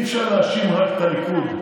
לבד.